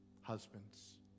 husbands